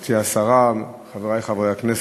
גברתי השרה, חברי חברי הכנסת,